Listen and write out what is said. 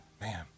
man